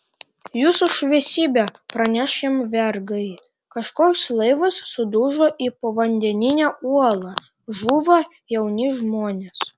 jūsų šviesybe praneš jam vergai kažkoks laivas sudužo į povandeninę uolą žūva jauni žmonės